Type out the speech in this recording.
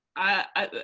i